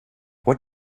what